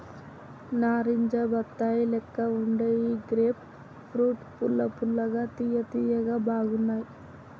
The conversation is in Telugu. నారింజ బత్తాయి లెక్క వుండే ఈ గ్రేప్ ఫ్రూట్స్ పుల్ల పుల్లగా తియ్య తియ్యగా బాగున్నాయ్